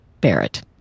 Barrett